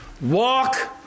Walk